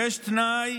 יש תנאי.